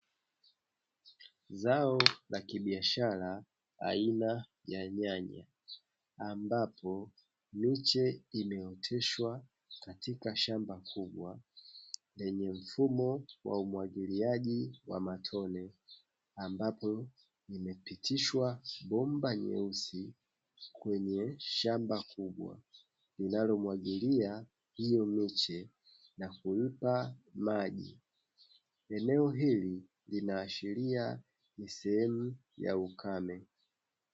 Zao la kibiashara aina ya nyanya ambapo, miche imeoteshwa katika shamba kubwa lenye mfumo wa umwagiliaji wa matone, ambapo imepitishwa bomba nyeusi kwenye shamba kubwa, linalomwagilia hiyo miche na kuipa maji eneo hili linaashiria ni sehemu ya ukame.